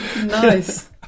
nice